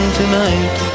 tonight